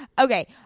Okay